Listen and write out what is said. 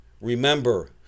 Remember